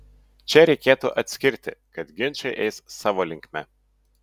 čia reikėtų atskirti kad ginčai eis savo linkme